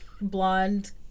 blonde